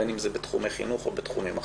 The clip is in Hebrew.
בין אם זה בתחומי חינוך או בתחומים אחרים.